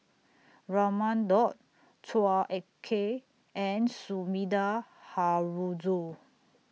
Raman Daud Chua Ek Kay and Sumida Haruzo